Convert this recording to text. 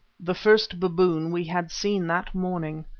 the first baboon we had seen that morning.